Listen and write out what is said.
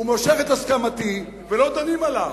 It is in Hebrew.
ומושך את הסכמתי ולא דנים עליו.